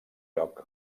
lloc